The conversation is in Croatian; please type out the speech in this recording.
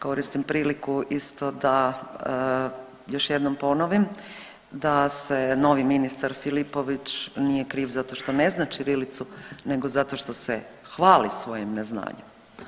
Koristim priliku isto da još jednom ponovim da se novi ministar Filipović nije kriv zato što ne zna ćirilicu nego zato što se hvali svojim neznanjem.